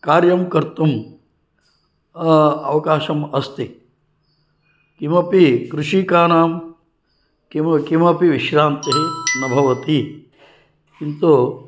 कार्यं कर्तुं अवकाशः अस्ति किमपि कृषकाणां किमपि विश्रान्तिः न भवति किन्तु